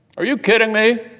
are you kidding me?